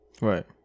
right